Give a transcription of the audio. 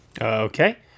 Okay